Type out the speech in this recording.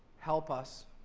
help us.